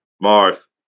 Mars